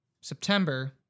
September